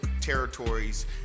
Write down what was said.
territories